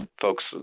folks